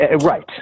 Right